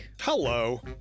Hello